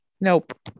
nope